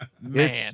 Man